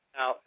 Now